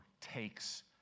takes